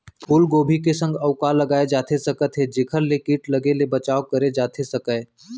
फूलगोभी के संग अऊ का लगाए जाथे सकत हे जेखर ले किट लगे ले बचाव करे जाथे सकय?